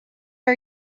are